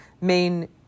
main